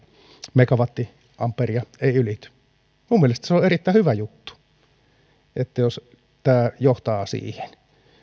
megavolttiampeeria ei ylity minun mielestäni se on erittäin hyvä juttu jos tämä johtaa siihen